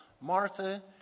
Martha